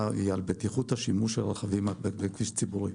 היא על בטיחות השימוש של הרכבים בכביש ציבורי.